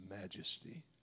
majesty